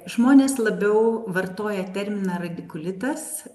žmonės labiau vartoja terminą radikulitas